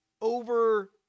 over